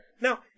Now